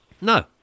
No